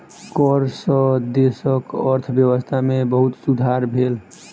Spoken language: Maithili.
कर सॅ देशक अर्थव्यवस्था में बहुत सुधार भेल